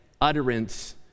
utterance